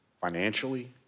financially